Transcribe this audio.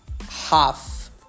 Half